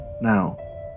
Now